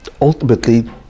ultimately